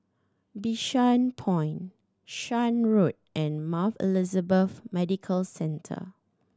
Bishan Point Shan Road and Mount Elizabeth Medical Centre